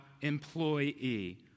employee